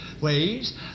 ways